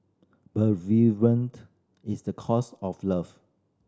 bereavement is the cost of love